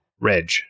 Reg